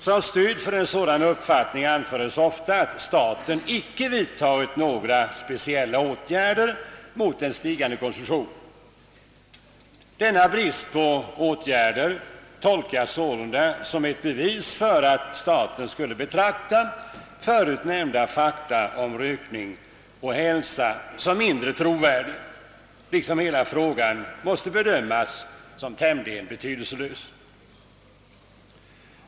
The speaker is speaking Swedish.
Som stöd för en sådan uppfattning anförs ofta, att staten icke vidtagit några speciella åtgärder mot den stigande konsumtionen. Denna brist på åtgärder tolkas sålunda som ett bevis för att staten skulle betrakta förut nämnda fakta om rökning och hälsa såsom mindre trovärdiga liksom att hela frågan skulle bedömas såsom tämligen betydelselös.